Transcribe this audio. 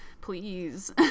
please